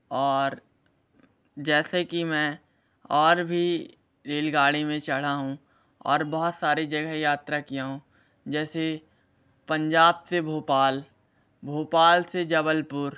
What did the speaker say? और जैसे कि मैं और भी रेलगाड़ी में चढ़ा हूँ और बहुत सारी जगह यात्रा किया हूँ जैसे पंजाब से भोपाल भोपाल से जबलपुर